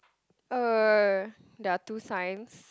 uh there are two signs